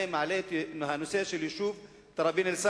אני מעלה את הנושא של היישוב תראבין-אלסאנע,